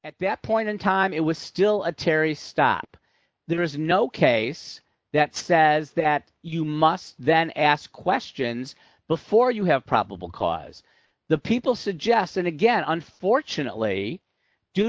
at that point in time it was still a terry stop there is no case that says that you must then ask questions before you have probable cause the people suggested again unfortunately due